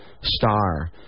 star